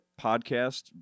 podcast